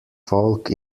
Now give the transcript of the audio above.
folk